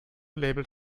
label